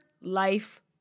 life